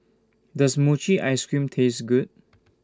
Does Mochi Ice Cream Taste Good